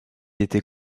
est